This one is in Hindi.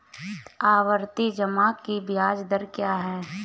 आवर्ती जमा की ब्याज दर क्या है?